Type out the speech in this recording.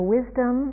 Wisdom